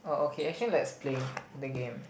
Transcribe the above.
oh okay actually let's play the game